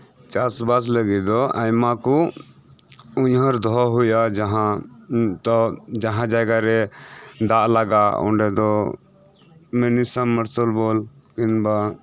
ᱪᱟᱥᱵᱟᱥ ᱞᱟᱹᱜᱤᱫ ᱫᱚ ᱟᱭᱢᱟᱜᱮ ᱩᱭᱦᱟᱹᱨ ᱫᱚᱦᱚ ᱦᱩᱭᱩᱜᱼᱟ ᱱᱤᱛᱚᱜ ᱡᱟᱦᱟᱸ ᱡᱟᱭᱜᱟᱨᱮ ᱫᱟᱜ ᱞᱟᱜᱟᱼᱟ ᱚᱸᱰᱮᱫᱚ ᱢᱤᱱᱤ ᱥᱟᱢᱟᱨᱥᱟᱞ ᱵᱚᱞ ᱠᱤᱱᱵᱟ